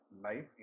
life